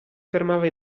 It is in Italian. fermava